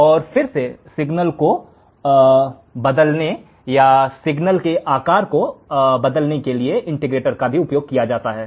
तो फिर से सिग्नल को बदलने या सिग्नल के आकार को बदलने के लिए इंटीग्रेटर का भी उपयोग किया जाता है